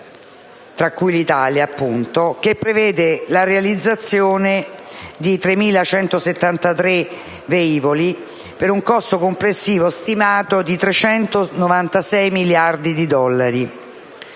tra cui l'Italia, che prevede la realizzazione di 3.173 velivoli, per un costo complessivo stimato di 396 miliardi di dollari,